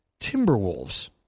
Timberwolves